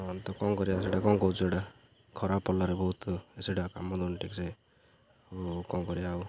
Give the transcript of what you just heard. ହଁ ତ କ'ଣ କରିବା ସେଇଟା କ'ଣ କହୁଛୁ ସେଇଟା ଖରାପ ପଡ଼ିଲାରେ ବହୁତ ସେଇଟା କାମ ଦଉନ ଠିକ୍ସେ ହଉ କ'ଣ କରିବା ଆଉ